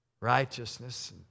righteousness